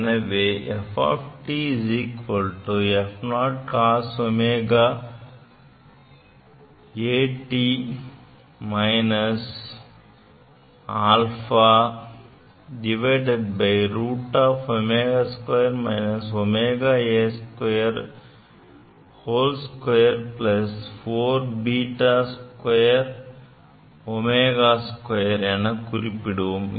எனவே f f0 cos ωat - α√ω 2 - ωa22 4β2ω 2 எனக் குறிப்பிடுகிறோம்